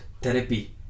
therapy